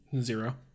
Zero